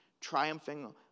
triumphing